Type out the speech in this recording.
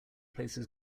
places